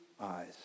eyes